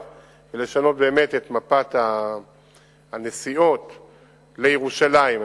ולשנות באמת את מפת הנסיעות לירושלים.